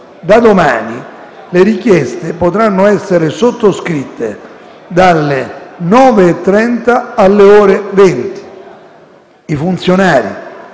Da domani le richieste potranno essere sottoscritte dalle ore 9,30 alle ore 20. I funzionari